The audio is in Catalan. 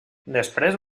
després